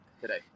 today